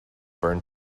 burned